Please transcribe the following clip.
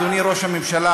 אדוני ראש הממשלה,